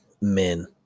men